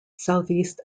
southeast